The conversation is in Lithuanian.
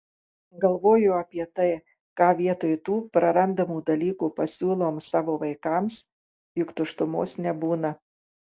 galvoju apie tai ką vietoj tų prarandamų dalykų pasiūlom savo vaikams juk tuštumos nebūna